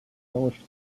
polished